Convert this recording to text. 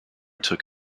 took